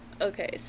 Okay